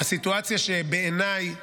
שבעיניי